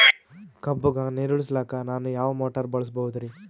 ಕಬ್ಬುಗ ನೀರುಣಿಸಲಕ ನಾನು ಯಾವ ಮೋಟಾರ್ ಬಳಸಬಹುದರಿ?